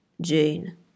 Jane